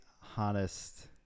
hottest